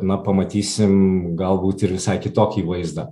na pamatysim galbūt ir visai kitokį vaizdą